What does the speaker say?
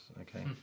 okay